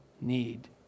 need